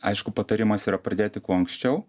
aišku patarimas yra pradėti kuo anksčiau